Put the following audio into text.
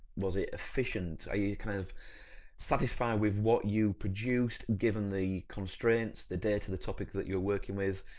was it efficient? are you kind of satisfied with what you produced given the constraints, the data, the topic that you're working with?